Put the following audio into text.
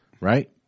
Right